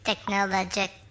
Technologic